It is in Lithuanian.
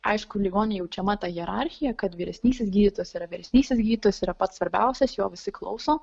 aišku ligoninėj jaučiama ta hierarchija kad vyresnysis gydytojas yra vyresnysis gydytojas yra pats svarbiausias jo visi klauso